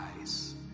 eyes